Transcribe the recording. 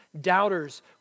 doubters